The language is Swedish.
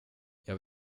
jag